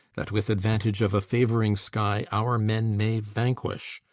that, with advantage of a favoring sky, our men may vanquish,